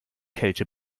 kälte